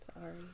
Sorry